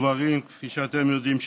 כפי שאתם יודעים,